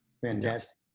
Fantastic